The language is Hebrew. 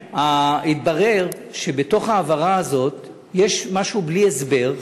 התברר שבתוך ההעברה הזאת יש משהו בלי הסבר,